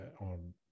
on